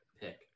pick